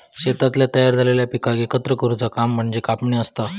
शेतातल्या तयार झालेल्या पिकाक एकत्र करुचा काम म्हणजे कापणी असता